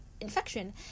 infection